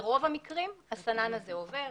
בכל המקרים הסנן הזה עובר,